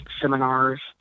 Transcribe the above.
seminars